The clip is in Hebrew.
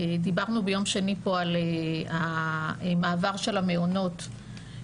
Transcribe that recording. דיברנו ביום שני פה על המעבר של המעונות ואנחנו